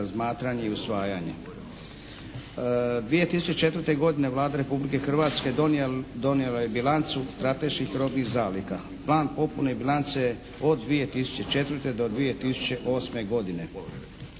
razmatranje i usvajanje. 2004. godine Vlada Republike Hrvatske donijela je bilancu strateških robnih zaliha plan popune i bilance od 2004. do 2008. godine.